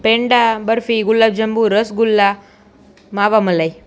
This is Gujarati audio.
પેંડા બરફી ગુલાબ જાંબુ રસગુલ્લા માવા મલાઈ